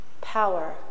power